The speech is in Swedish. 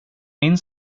min